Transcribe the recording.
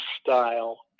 style